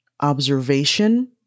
observation